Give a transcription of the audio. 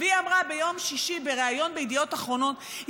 והיא אמרה ביום שישי בריאיון בידיעות אחרונות,